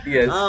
Yes